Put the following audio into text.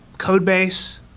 codebase,